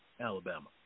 Alabama